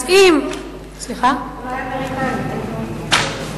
אז אם, אולי האמריקנים יתקנו אותו.